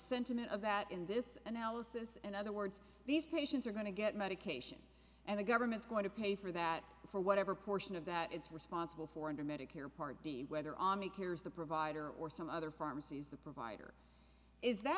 sentiment of that in this analysis and other words these patients are going to get medication and the government's going to pay for that for whatever portion of that it's responsible for under medicare part d whether ami care is the provider or some other pharmacies the provider is that